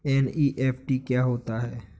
NEFT क्या होता है?